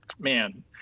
man